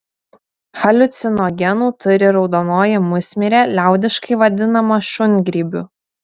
haliucinogenų turi raudonoji musmirė liaudiškai vadinama šungrybiu